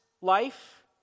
life